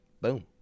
Boom